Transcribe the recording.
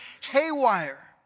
haywire